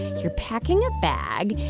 you're packing a bag.